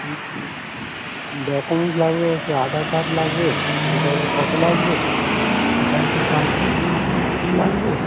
হুম documents লাগবে হচ্ছে Aadhaar card লাগবে দু কপি ফটো লাগবে ব্যাঙ্কের পাসবুক নাম্বারটা লাগবে